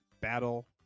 battle